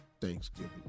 Thanksgiving